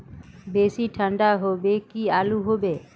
बेसी ठंडा होबे की आलू होबे